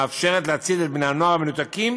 מאפשרת להצעיד את בני-הנוער המנותקים